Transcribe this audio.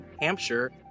Hampshire